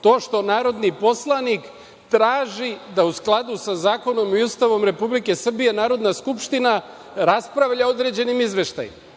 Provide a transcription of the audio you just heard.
to što narodni poslanik traži da u skladu sa zakonom i Ustavom Republike Srbije Narodna skupština raspravlja o određenim izveštajima.